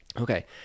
Okay